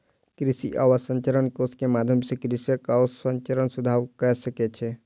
कृषि अवसंरचना कोष के माध्यम सॅ कृषक अवसंरचना सुधार कय सकै छै